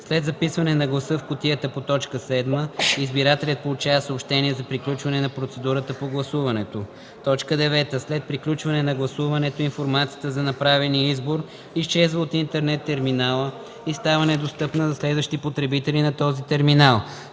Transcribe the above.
след записване на гласа в кутията по т. 7 избирателят получава съобщение за приключване на процедурата по гласуването; 9. след приключване на гласуването информацията за направения избор изчезва от интернет терминала и става недостъпна за следващи потребители на този терминал;